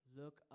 look